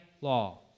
law